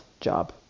job